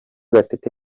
gatete